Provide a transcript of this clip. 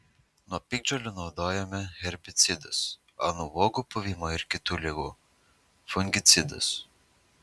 nuo piktžolių naudojome herbicidus o nuo uogų puvinio ir kitų ligų fungicidus